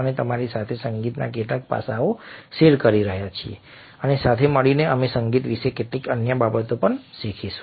અમે તમારી સાથે સંગીતના કેટલાક પાસાઓ શેર કરી રહ્યા છીએ અને સાથે મળીને અમે સંગીત વિશે કેટલીક અન્ય બાબતો પણ શીખીશું